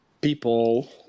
people